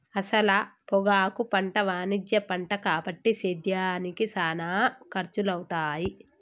అసల పొగాకు పంట వాణిజ్య పంట కాబట్టి సేద్యానికి సానా ఖర్సులవుతాయి